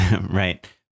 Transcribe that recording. Right